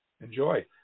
enjoy